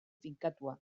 finkatua